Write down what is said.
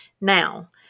Now